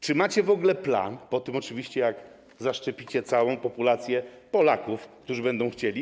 Czy macie w ogóle plan, po tym oczywiście jak zaszczepicie całą populację Polaków, którzy będą tego chcieli?